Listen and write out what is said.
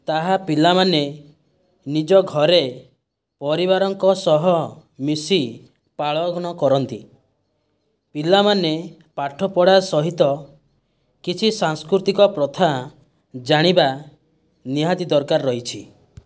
ତାହା ପିଲାମାନେ ନିଜ ଘରେ ପରିବାରଙ୍କ ସହ ମିଶି ପାଳନ କରନ୍ତି ପିଲାମାନେ ପାଠ ପଢ଼ା ସହିତ କିଛି ସାଂସ୍କୃତିକ ପ୍ରଥା ଜାଣିବା ନିହାତି ଦରକାର ରହିଛି